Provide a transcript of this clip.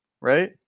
right